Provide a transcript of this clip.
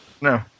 No